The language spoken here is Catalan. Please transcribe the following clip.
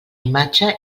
imatge